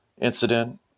incident